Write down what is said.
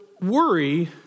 worry